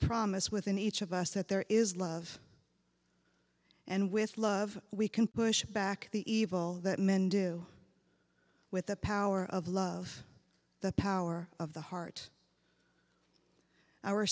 promise within each of us that there is love and with love we can push back the evil that men do with the power of love the power of the heart our